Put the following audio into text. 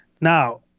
Now